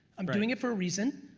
i'm but doing it for a reason.